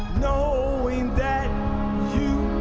knowing that you